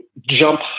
jump